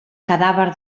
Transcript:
cadàver